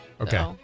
Okay